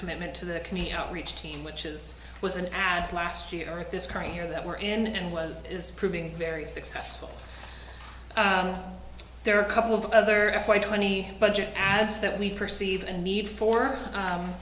commitment to the community outreach team which is was an ad last year at this current year that we're in and was is proving very successful there are a couple of other white twenty budget ads that we perceive and need for